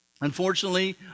unfortunately